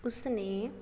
ਉਸ ਨੇ